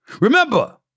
Remember